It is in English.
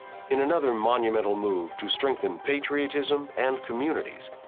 in another monumental move to strengthen patriotism and communities,